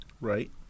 Right